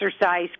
exercise